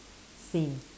seen